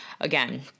again